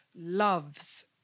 loves